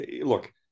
look